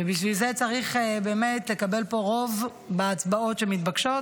ובשביל זה צריך באמת לקבל פה רוב בהצבעות שמתבקשות.